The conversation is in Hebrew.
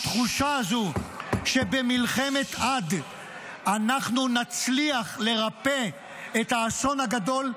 התחושה הזאת שבמלחמת עד אנחנו נצליח לרפא את האסון הגדול,